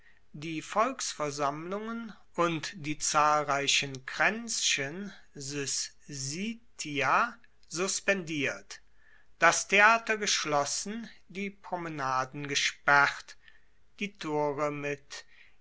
die volksversammlungen und die zahlreichen kraenzchen suspendiert das theater geschlossen die promenaden gesperrt die tore mit